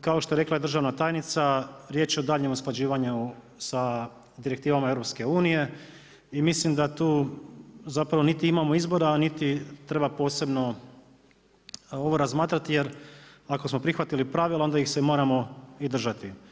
kao što je rekla i državna tajnica riječ je o daljnjem usklađivanju sa direktivama EU i mislim da tu zapravo niti imamo izbora a niti treba posebno ovo razmatrati jer ako smo prihvatili pravila onda ih se moramo i držati.